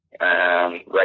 right